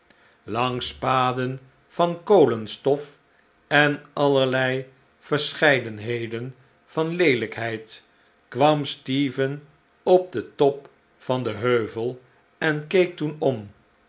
langs paden van kolenstof en allerlei verscheidenheden van leelijkheid kwam stephen op den top van den heuvel en keek toen om